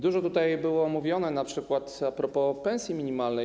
Dużo tutaj było mówione np. a propos pensji minimalnej.